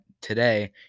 today